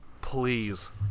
Please